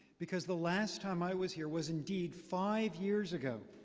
because the last time i was here, was indeed five years ago,